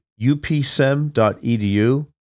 upsem.edu